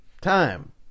Time